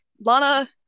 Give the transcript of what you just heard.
Lana